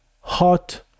hot